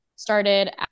started